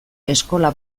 eskola